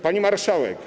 Pani Marszałek!